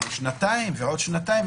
לשנתיים ועוד שנתיים.